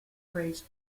phrase